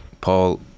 Paul